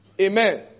Amen